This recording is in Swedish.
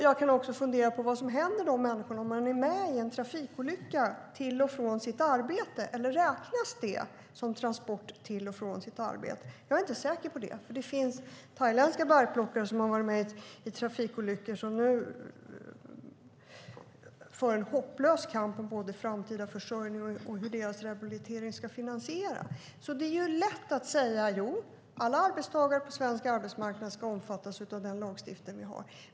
Jag kan också fundera på vad som händer de människorna om de är med om en trafikolycka på väg till eller från sitt arbete. Eller räknas det som transport till och från arbetet? Jag är inte säker på det, för det finns thailändska bärplockare som har varit med om trafikolyckor och som nu för en hopplös kamp om både framtida försörjning och hur deras rehabilitering ska finansieras. Det är lätt att säga: Jo, alla arbetstagare på svensk arbetsmarknad ska omfattas av den lagstiftning vi har.